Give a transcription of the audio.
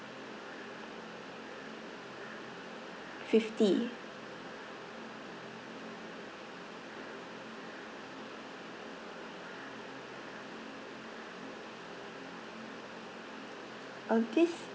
fifty uh this